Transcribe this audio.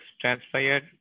transpired